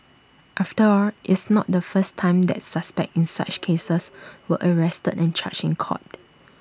after all it's not the first time that suspects in such cases were arrested and charged in court